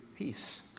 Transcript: Peace